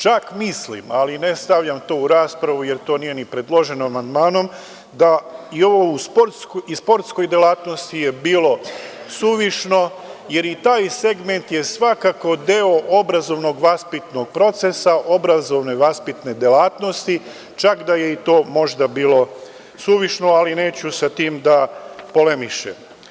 Čak mislim, ali ne stavljam to u raspravu jer to nije ni predloženo amandmanom, da i ovo u sportskoj delatnosti je bilo suvišno jer i taj segment je svakako deo obrazovnog vaspitnog procesa, obrazovne vaspitne delatnosti, čak da je i to možda bilo suvišno, ali neću sa tim da polemišem.